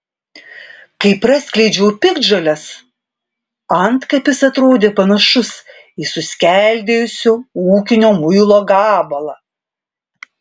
kai praskleidžiau piktžoles antkapis atrodė panašus į suskeldėjusio ūkinio muilo gabalą